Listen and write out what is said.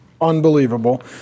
unbelievable